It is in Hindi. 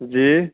जी